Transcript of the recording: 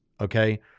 Okay